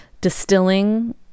distilling